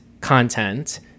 content